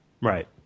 right